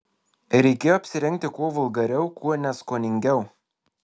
reikėjo apsirengti kuo vulgariau kuo neskoningiau